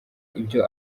ibyo